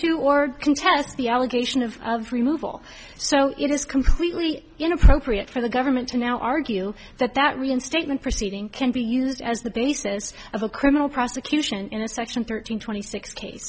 to or contest the allegation of removal so it is completely inappropriate for the government to now argue that that reinstatement proceeding can be used as the basis of a criminal prosecution in a section thirteen twenty six